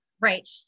Right